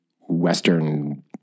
Western